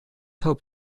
hope